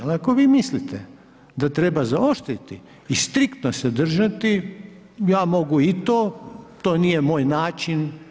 Ali ako vi mislite da treba zaoštriti i striktno se držati ja mogu i to, to nije moj način.